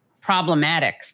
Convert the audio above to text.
problematic